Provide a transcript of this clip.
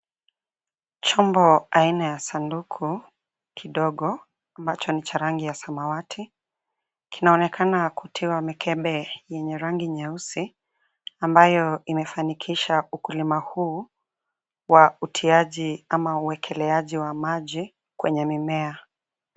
Chombo aina ya saduku kidogo ambacho ni cha rangi ya samawati, kinaonekana kutiwa mikebe yenye rangi nyeusi ambayo imefanikisha ukulima huu wa utiaji ama uwekeleaji wa maji kwenye mimea.